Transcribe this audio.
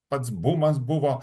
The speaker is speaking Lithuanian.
pats bumas buvo